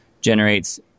generates